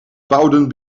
bouwden